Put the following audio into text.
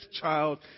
child